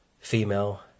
Female